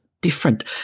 different